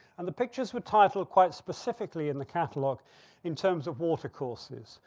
and the pictures where titled quite specifically in the catalog in terms of water courses,